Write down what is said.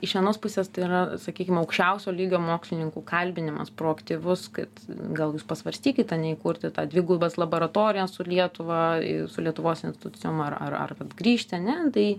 iš vienos pusės tai yra sakykim aukščiausio lygio mokslininkų kalbinimas proaktyvus kad gal jūs pasvarstykit ane įkurti tą dvigubas laboratorijas su lietuva su lietuvos institucijom ar ar ar vat grįžti ane tai